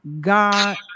God